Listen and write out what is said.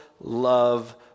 love